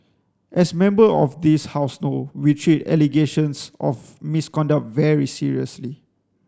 as Member of this House know we treat allegations of misconduct very seriously